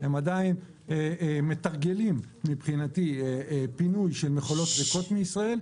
הם עדיין מתרגלים פינוי של מכולות ריקות מישראל.